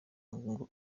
ngo